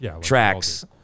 tracks